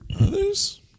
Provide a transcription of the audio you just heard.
Others